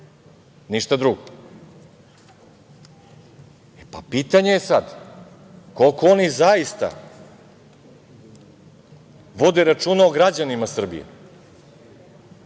ništa drugo. Pitanje je sada – koliko oni zaista vode računa o građanima Srbije?